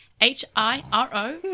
H-I-R-O